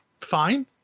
fine